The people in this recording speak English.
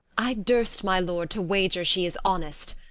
i durst, my lord, to wager she is honest,